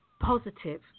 positive